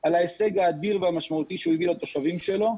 על ההישג האדיר והמשמעותי הוא הביא לתושבים שלו.